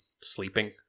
sleeping